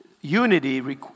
unity